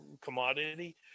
commodity